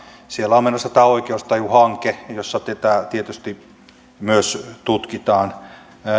siellä on menossa tämä oikeustajuhanke jossa tätä tietysti myös tutkitaan